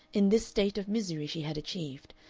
in this state of misery she had achieved,